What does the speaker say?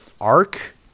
arc